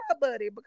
buddy